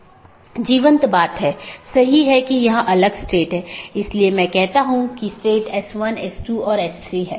हमारे पास EBGP बाहरी BGP है जो कि ASes के बीच संचार करने के लिए इस्तेमाल करते हैं औरबी दूसरा IBGP जो कि AS के अन्दर संवाद करने के लिए है